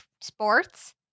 sports